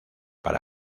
para